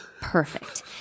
perfect